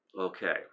Okay